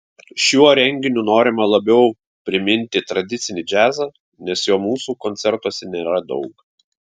šiuo renginiu norima labiau priminti tradicinį džiazą nes jo mūsų koncertuose nėra daug